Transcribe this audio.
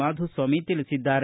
ಮಾಧುಸ್ವಾಮಿ ತಿಳಿಸಿದ್ದಾರೆ